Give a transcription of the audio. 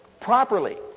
properly